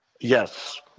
Yes